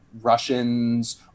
russians